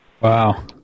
wow